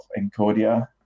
Encodia